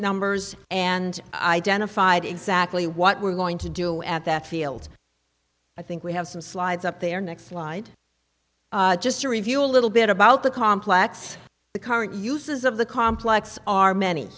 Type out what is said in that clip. numbers and identified exactly what we're going to do at that field i think we have some slides up there next slide just to review a little bit about the complex the current uses of the complex are